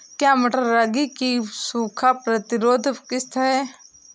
क्या मटर रागी की सूखा प्रतिरोध किश्त है?